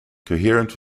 coherent